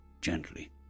gently